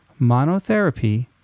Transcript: monotherapy